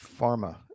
pharma